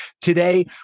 Today